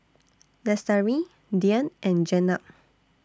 Lestari Dian and Jenab